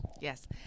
Yes